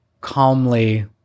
calmly